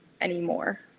anymore